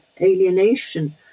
alienation